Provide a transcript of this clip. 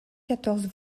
quatorze